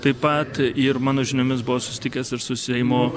taip pat ir mano žiniomis buvo susitikęs ir su seimo